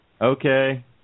Okay